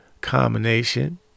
combination